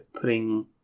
putting